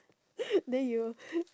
then you